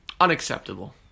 Unacceptable